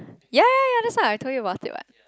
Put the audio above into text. ya ya ya that's what I told you about it what